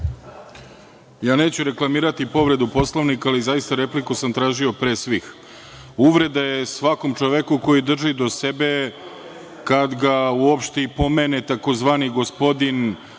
Ja neću reklamirati povredu Poslovnika, ali repliku sam tražio pre svih. Uvreda je svakom čoveku, koji drži do sebe, kada ga uopšte i pomene tzv. gospodin